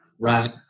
Right